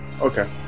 Okay